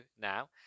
now